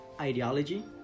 ideology